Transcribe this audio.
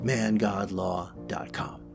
Mangodlaw.com